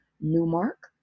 Newmark